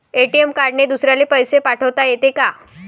ATM कार्डने दुसऱ्याले पैसे पाठोता येते का?